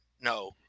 No